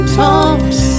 tops